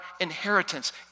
inheritance